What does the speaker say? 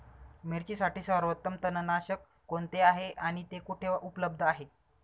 मिरचीसाठी सर्वोत्तम तणनाशक कोणते आहे आणि ते कुठे उपलब्ध आहे?